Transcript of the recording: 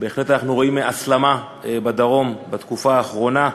בהחלט אנחנו רואים הסלמה בדרום בתקופה האחרונה: